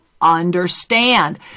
understand